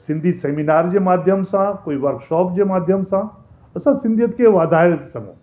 Sindhi seminar जे माध्यम सां कोई वर्कशॉप जे माध्यम सां असां सिंधीयत खे वधाए सघूं